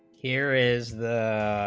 here is the